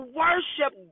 worship